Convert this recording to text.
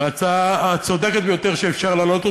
בהצעה הצודקת ביותר שאפשר להעלות,